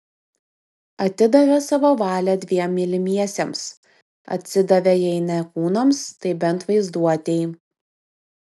atidavė savo valią dviem mylimiesiems atsidavė jei ne kūnams tai bent vaizduotei